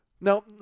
Now